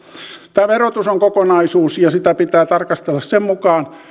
tämä verotus on kokonaisuus ja sitä pitää tarkastella sen mukaan